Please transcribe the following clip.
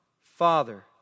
Father